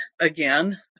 again